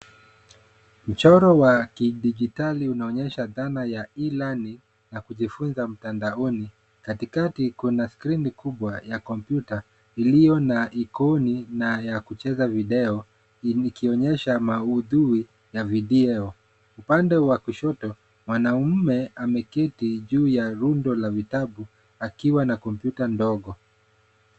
Mchoro wa kidijitali unaonyesha dhana ya e learning, ya kujifunza mtandaoni. Katikati kuna skrini kubwa ya kompyuta, iliyo na ikoni ya kucheza video, ikionyesha maudhui ya. Upande wa kushoto mwanaume ameketi juu ya fundi la vitabu akiwa na kompyuta ndogo